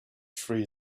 free